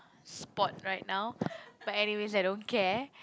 spot right now but anyways I don't care